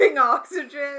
oxygen